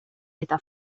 eta